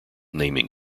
naming